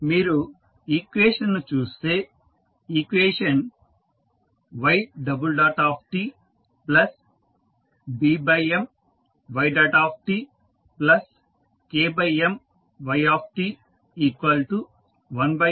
మీరు ఈక్వేషన్ ను చూస్తే ఈక్వేషన్ ytBMytKMyt1Mft గా ఉంది